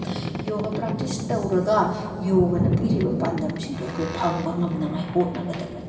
ꯌꯣꯒ practice ꯇꯧꯔꯒ ꯌꯣꯒꯅ ꯄꯤꯔꯤꯕ ꯄꯥꯟꯗꯝ ꯁꯤꯡꯗꯣ ꯑꯩꯈꯣꯏ ꯐꯪꯕ ꯉꯝꯅꯉꯥꯏ ꯍꯣꯠꯅꯒꯗꯕꯅꯤ